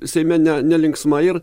seime ne nelinksma ir